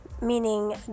meaning